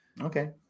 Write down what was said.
okay